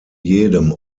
jedem